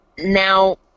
Now